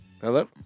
Hello